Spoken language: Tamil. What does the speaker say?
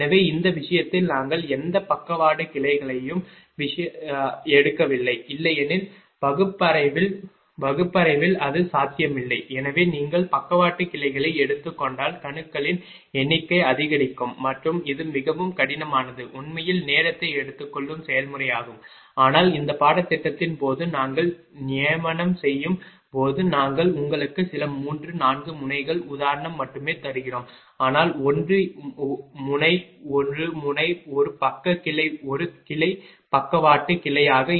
எனவே இந்த விஷயத்தில் நாங்கள் எந்த பக்கவாட்டு கிளைகளையும் எடுக்கவில்லை இல்லையெனில் வகுப்பறையில் அது சாத்தியமில்லை எனவே நீங்கள் பக்கவாட்டு கிளைகளை எடுத்துக் கொண்டால் கணுக்களின் எண்ணிக்கை அதிகரிக்கும் மற்றும் இது மிகவும் கடினமானது உண்மையில் நேரத்தை எடுத்துக்கொள்ளும் செயல்முறையாகும் ஆனால் இந்த பாடத்திட்டத்தின் போது நாங்கள் நியமனம் செய்யும் போது நாங்கள் உங்களுக்கு சில 3 4 முனைகள் உதாரணம் மட்டுமே தருகிறோம் ஆனால் 1 முனை 1 முனை ஒரு பக்க கிளை 1 கிளை பக்கவாட்டு கிளையாக